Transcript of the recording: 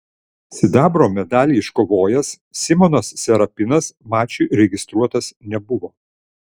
sidabro medalį iškovojęs simonas serapinas mačui registruotas nebuvo